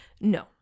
No